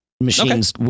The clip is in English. machines